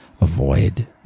avoid